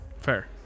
Fair